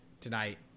Tonight